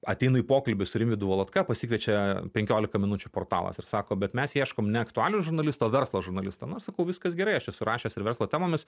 ateinu į pokalbį su rimvydu valotka pasikviečia penkiolika minučių portalas ir sako bet mes ieškom ne aktualijų žurnalisto o verslo žurnalisto nu aš sakau viskas gerai aš esu rašęs ir verslo temomis